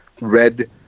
Red